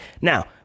Now